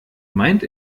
meint